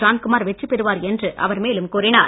ஜான்குமார் வெற்றி பெறுவார் என்று அவர் மேலும் கூறினார்